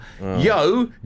Yo